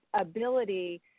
ability